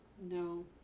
No